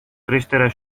creșterea